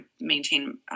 maintain